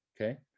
Okay